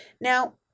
Now